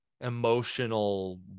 emotional